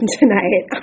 tonight